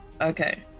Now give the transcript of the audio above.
Okay